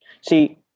See